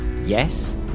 Yes